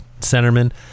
centerman